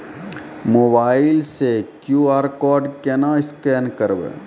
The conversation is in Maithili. मोबाइल से क्यू.आर कोड केना स्कैन करबै?